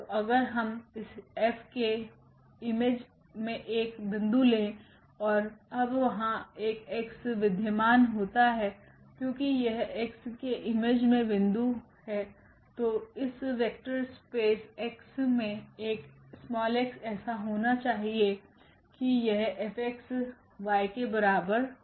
तो अगर हम इस F के इमेज में एक बिंदु लेओर अब वहाँ एक X विध्यमान होता हैक्योंकि यह X केइमेज में बिंदु तो इस वेक्टर स्पेस X में एक x ऐसा होना चाहिए कि यह Fx y के बराबर हो